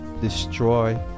destroy